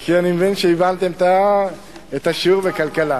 כי אני מבין שהבנתם את השיעור בכלכלה.